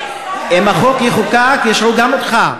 אם החוק יחוקק ישעו גם אותך,